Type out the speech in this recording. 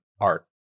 art